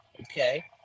Okay